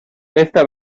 esta